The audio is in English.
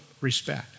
respect